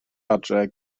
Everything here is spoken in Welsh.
adre